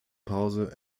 pause